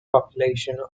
population